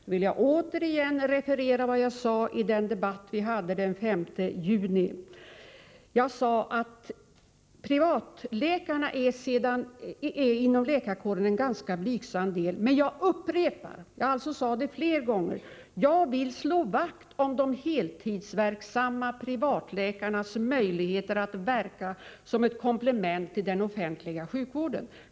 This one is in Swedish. Då vill jag återigen referera vad jag sade i den debatt vi hade den 5 juni. Jag sade att privatläkarna utgör en ganska blygsam del inom läkarkåren. Men jag upprepar — jag har sagt detta flera gånger — att jag vill slå vakt om de heltidsverksamma privatläkarnas möjligheter att verka, som ett komplement till den offentliga sjukvården.